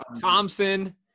Thompson